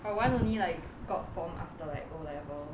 orh one only like got formed after like O level